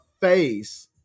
face